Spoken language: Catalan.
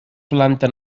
planta